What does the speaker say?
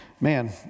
man